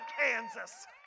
Kansas